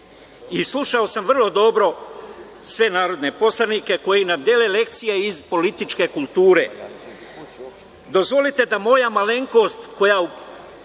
i slušao sam vrlo dobro sve narodne poslanike koji nam dele lekcije iz političke kulture. Dozvolite da moja malenkost koja